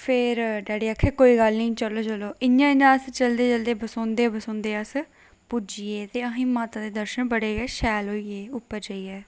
फिर डैडी आखदे कोई गल्ल नेईं चलो चलो इ'यां इ'यां अस चलदे चलदे बसोंदे बसोंदे अस पुज्जी गे ते असें ई माता दे दर्शन बड़े गै शैल होई गे उप्पर जाइयै